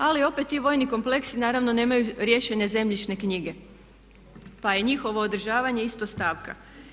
Ali opet ti vojni kompleksi naravno nemaju riješene zemljišne knjige pa je njihovo održavanje isto stavka.